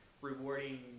rewarding